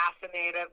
fascinated